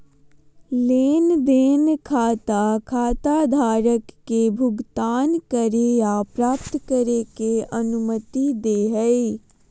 लेन देन खाता खाताधारक के भुगतान करे या प्राप्त करे के अनुमति दे हइ